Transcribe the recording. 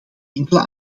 enkele